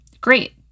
Great